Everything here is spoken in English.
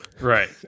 right